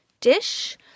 dish